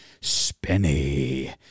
spinny